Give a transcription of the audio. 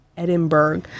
Edinburgh